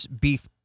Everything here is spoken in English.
beef